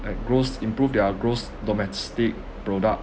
like gross improve their gross domestic product